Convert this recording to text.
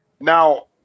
Now